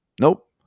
Nope